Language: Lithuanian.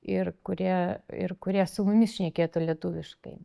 ir kurie ir kurie su mumis šnekėtų lietuviškai